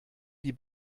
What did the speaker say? die